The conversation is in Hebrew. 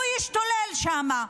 הוא ישתולל שם.